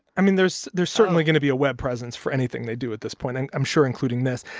i mean, there's there's certainly going to be a web presence for anything they do at this point, and i'm sure including this.